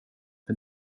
med